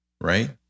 right